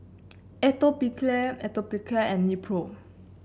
Atopiclair Atopiclair and Nepro